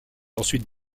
ensuite